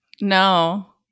No